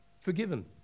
forgiven